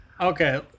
okay